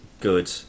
good